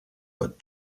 but